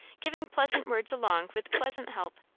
giving pleasant words along with pleasant help,